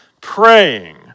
praying